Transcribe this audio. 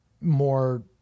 more